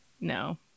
No